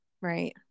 Right